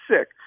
sick